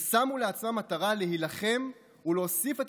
ושמו לעצמם מטרה להילחם ולהוסיף את